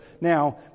now